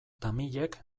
tamilek